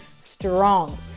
strong